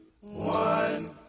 one